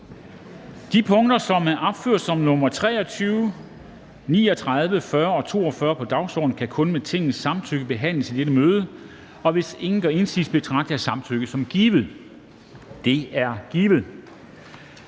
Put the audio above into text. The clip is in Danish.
De punkter, som er opført som nr. 23, 39, 40 og 42 på dagsordenen, kan kun med Tingets samtykke behandles i dette møde. Hvis ingen gør indsigelse, betragter jeg samtykket som givet. Det er givet.